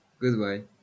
Goodbye